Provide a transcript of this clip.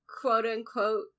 quote-unquote